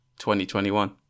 2021